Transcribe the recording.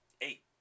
eight